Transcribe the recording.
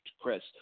Chris